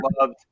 loved